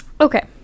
Okay